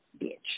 bitch